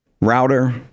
router